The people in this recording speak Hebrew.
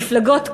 מפלגות קטנות,